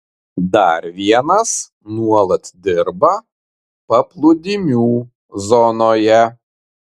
dar vienas nuolat dirba paplūdimių zonoje